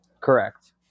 correct